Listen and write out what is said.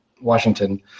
Washington